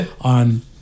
on